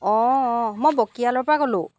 অঁ অঁ মই বকিয়াল পৰা ক'লো